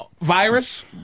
virus